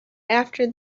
after